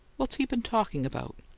what's he been talking about?